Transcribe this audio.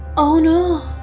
oh no!